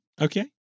Okay